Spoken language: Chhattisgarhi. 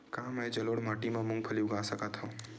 का मैं जलोढ़ माटी म मूंगफली उगा सकत हंव?